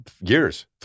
years